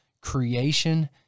creation